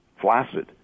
flaccid